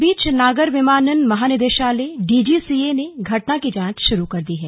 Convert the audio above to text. इस बीच नागर विमानन महानिदेशालय डीजीसीए ने घटना की जांच शुरू कर दी है